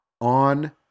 on